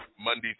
Monday